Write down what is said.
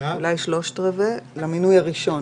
אולי 3/4 למינוי הראשון?